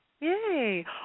Yay